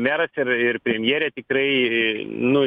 meras ir ir premjerė tikrai nu